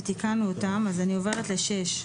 ותיקנו אותם, אז אני עוברת ל-6.